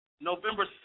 November